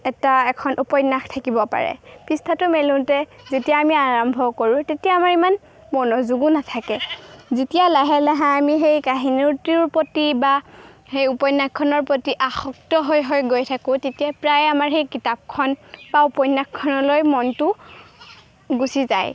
এটা এখন উপন্যাস থাকিব পাৰে পৃষ্ঠাটো মেলোঁতে যেতিয়া আমি আৰম্ভ কৰোঁ তেতিয়া আমাৰ ইমান মনোযোগো নাথাকে যেতিয়া লাহে লাহে আমি সেই কাহিনীতোৰ প্ৰতি বা সেই উপন্যাসখনৰ প্ৰতি আসক্ত হৈ গৈ থাকোঁ তেতিয়া প্ৰায়ে আমাৰ সেই কিতাপখন বা উপন্যাসখনলৈ মনটো গুচি যায়